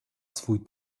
swój